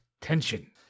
Tension